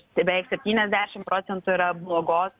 tai beveik septyniasdešim procentų yra blogos